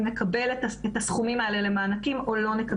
נקבל את הסכומים האלה למענקים או לא.